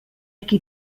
qui